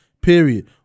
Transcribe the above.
period